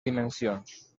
dimensions